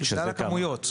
בגלל הכמויות.